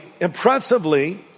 impressively